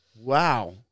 Wow